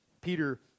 Peter